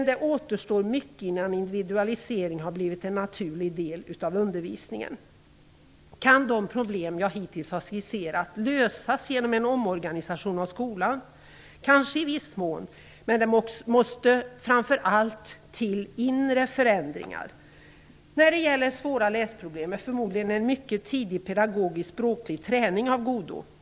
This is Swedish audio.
Det återstår mycket innan individualisering har blivit en naturlig del av undervisningen. Kan de problem jag hittills skisserat lösas genom en omorganisation av skolan? Kanske i viss mån. Men det måste framför allt till inre förändringar. När det gäller svåra läsproblem är förmodligen en mycket tidig pedagogisk språklig träning av godo.